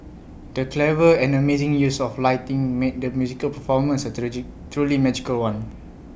the clever and amazing use of lighting made the musical performance A truly magical one